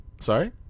Sorry